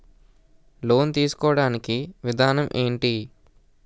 Loan తీసుకోడానికి విధానం ఏంటి?